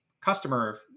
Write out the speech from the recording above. customer